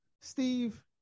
Steve